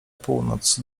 północ